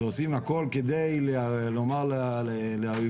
שעושים הכל כדי לומר לאויבנו: